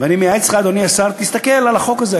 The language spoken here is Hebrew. ואני מייעץ לך, אדוני השר, תסתכל על החוק הזה.